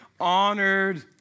honored